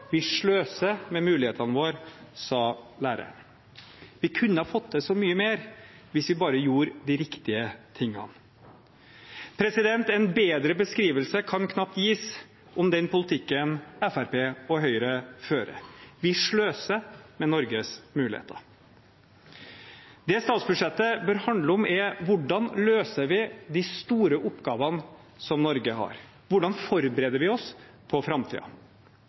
Vi sløser med mulighetene våre, sa læreren. Vi kunne ha fått til så mye mer hvis vi bare gjorde de riktige tingene. En bedre beskrivelse kan knapt gis om den politikken Fremskrittspartiet og Høyre fører. Vi sløser med Norges muligheter. Det statsbudsjettet bør handle om, er hvordan vi løser de store oppgavene som Norge har, hvordan vi forbereder oss på